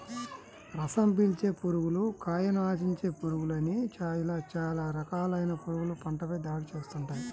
రసం పీల్చే పురుగులు, కాయను ఆశించే పురుగులు అని ఇలా చాలా రకాలైన పురుగులు పంటపై దాడి చేస్తుంటాయి